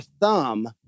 thumb